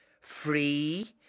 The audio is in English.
free